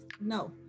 No